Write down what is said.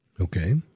Okay